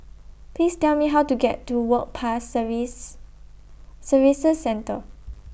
Please Tell Me How to get to Work Pass Service Services Centre